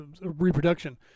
reproduction